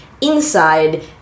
inside